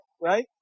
right